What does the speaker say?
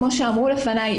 כמו שאמרו לפניי,